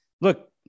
look –